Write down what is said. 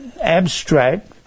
abstract